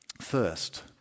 First